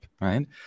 right